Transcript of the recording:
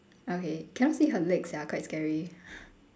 okay cannot see her legs sia quite scary